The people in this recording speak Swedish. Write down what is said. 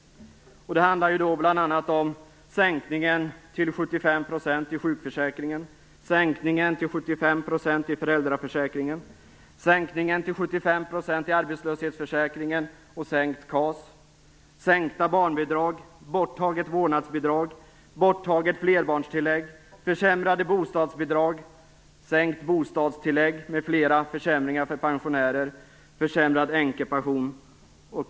Det handlar bl.a. om sänkningen till 75 % i sjukförsäkringen, i föräldraförsäkringen och i arbetslöshetsförsäkringen. Det handlar om sänkt KAS, sänkta barnbidrag, borttaget vårdnadsbidrag, borttaget flerbarnstilläg, försämrade bostadsbidrag, sänkt bostadstillägg och andra försämringar för pensionärer, försämrad änkepension.